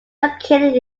located